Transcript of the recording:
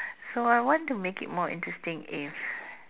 so I want to make it more interesting if